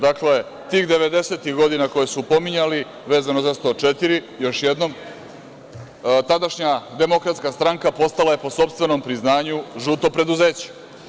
Dakle, tih 90-ih godina koje su pominjali, vezano za član 104, još jednom, tadašnja Demokratska stranka postala je, po sopstvenom priznanju, žuto preduzeće.